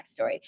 backstory